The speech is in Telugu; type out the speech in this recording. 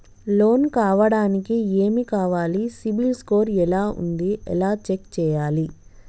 లోన్ కావడానికి ఏమి కావాలి సిబిల్ స్కోర్ ఎలా ఉంది ఎలా చెక్ చేయాలి?